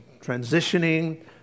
transitioning